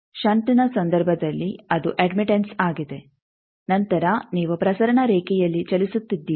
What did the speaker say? ಷಂಟ್ನ ಸಂದರ್ಭದಲ್ಲಿ ಅದು ಅಡ್ಮಿಟೆಂಸ್ ಆಗಿದೆ ನಂತರ ನೀವು ಪ್ರಸರಣ ರೇಖೆಯಲ್ಲಿ ಚಲಿಸುತ್ತಿದ್ದೀರಿ